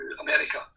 America